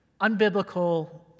unbiblical